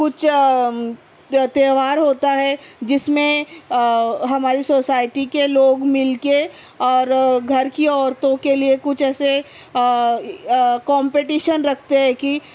کچھ تہوار ہوتا ہے جس میں ہماری سوسائٹی کے لوگ مل کے اور گھر کی عورتوں کے لیے کچھ ایسے کامپٹیشن رکھتے ہیں کہ